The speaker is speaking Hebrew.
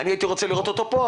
אני הייתי רוצה לראות אותו כאן,